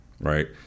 right